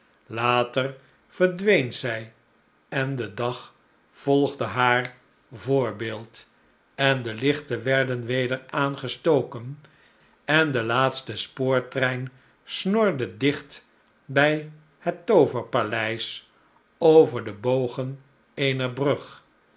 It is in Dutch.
later verdween zij en de dag volgde haar voorbeeld en de lichten werden weder aangestoken en de laatste spoortrein snorde dicht bij het tooverpaleis over de bogen eener brug